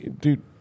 dude